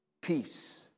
peace